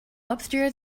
upstairs